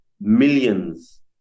millions